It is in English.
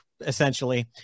Essentially